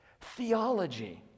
theology